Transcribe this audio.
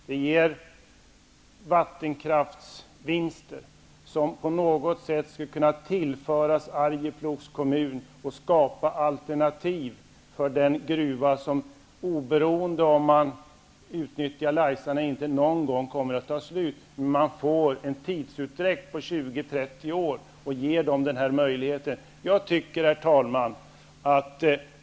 Där finns vattenskraftsvinster som skulle tillföras Arjeplogs kommun och skapa alternativ för den gruva som, oberoende om Laisan kommer att utnyttjas, inte någon gång kommer att sina. Det blir en tidsutdräkt på 20--30 år. Herr talman!